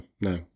no